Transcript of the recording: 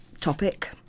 topic